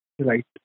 Right